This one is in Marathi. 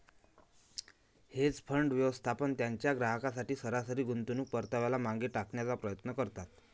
हेज फंड, व्यवस्थापक त्यांच्या ग्राहकांसाठी सरासरी गुंतवणूक परताव्याला मागे टाकण्याचा प्रयत्न करतात